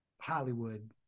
Hollywood